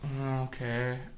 Okay